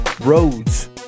roads